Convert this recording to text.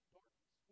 darkness